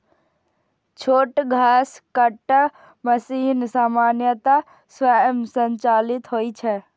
छोट घसकट्टा मशीन सामान्यतः स्वयं संचालित होइ छै